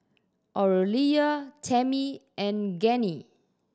Aurelia Tammy and Gennie